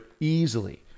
easily